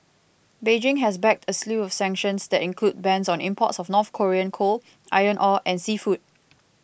Beijing has backed a slew of sanctions that include bans on imports of North Korean coal iron ore and seafood